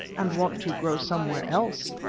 and want to grow somewhere else,